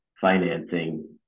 financing